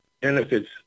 benefits